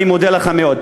אני מודה לך מאוד.